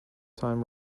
time